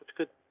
good.